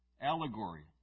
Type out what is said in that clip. allegory